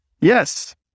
Yes